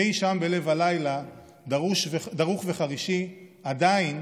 אי שם בלב הלילה דרוך וחרישי עדיין